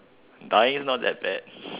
dying is not that bad